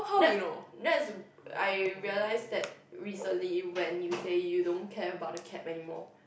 that that's I realize that recently when you say you don't care about the cap anymore